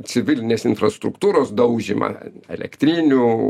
civilinės infrastruktūros daužymą elektrinių